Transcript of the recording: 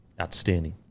outstanding